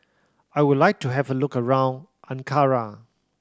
I would like to have a look around Ankara